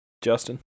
Justin